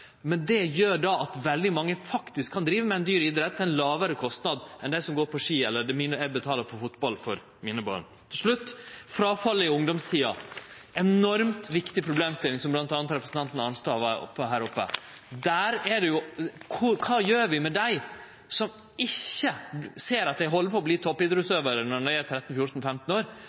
men det gjer at veldig mange faktisk kan drive med ein dyr idrett til ein lågare kostnad enn for dei som går på ski, eller det eg betalar for at mine barn skal gå på fotball. Til slutt til fråfallet i ungdomstida – ei enormt viktig problemstilling, som bl.a. representanten Arnstad snakka om: Kva gjer vi med dei som ser at dei ikkje held på å verte toppidrettsutøvarar når dei er 13–14–15 år,